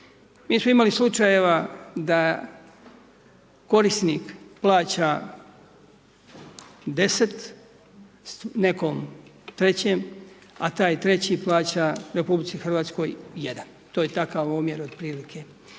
Mi smo imali slučajeva da korisnik plaća 10, nekom trećem a taj treći plaća RH jedan, to je takav omjer otprilike.